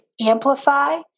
amplify